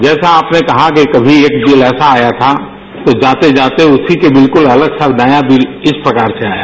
जैसा आपने कहा कि कभी एक दिन ऐसा आया था कि जाते जाते उसी के बिल्कुल अलग सा नया बिल इस प्रकार से आया